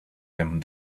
him